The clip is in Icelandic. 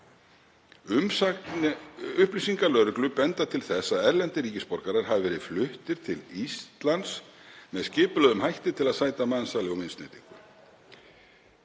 sviði. Upplýsingar lögreglu benda til þess að erlendir ríkisborgarar hafi verið fluttir til Íslands með skipulögðum hætti til að sæta mansali og misneytingu.